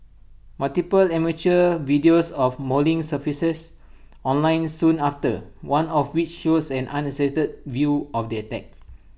multiple amateur videos of mauling surfaced online soon after one of which shows an uncensored view of the attack